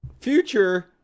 future